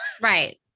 Right